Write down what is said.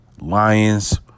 Lions